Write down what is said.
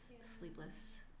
sleepless